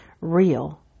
real